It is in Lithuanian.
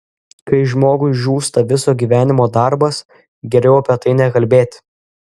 kai žmogui žūsta viso gyvenimo darbas geriau apie tai nekalbėti